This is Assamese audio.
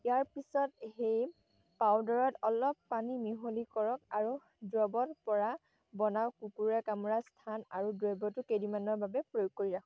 ইয়াৰ পিছত সেই পাউদাৰত অলপ পানী মিহলি কৰক আৰু দ্ৰব্যৰ পৰা বনাওঁক কুকুৰে কামোৰা স্থান আৰু দ্ৰব্যৰ কেইদিনমানৰ বাবে প্ৰয়োগ কৰি ৰাখক